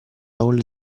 hall